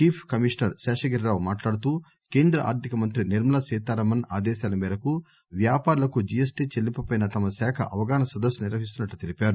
chief commissioner Seshagiri Rao మాట్లాడుతూ కేంద్ర ఆర్దిక మంత్రి నిర్మలా సీతారామన్ ఆదేశాల మేరకు వ్యాపారులకు జీఎస్టీ చెల్లింపుపై తమ శాఖ అవగాహన సదస్సులు నిర్వహిస్తున్నట్లు తెలిపారు